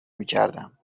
میکردم